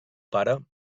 pare